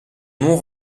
nom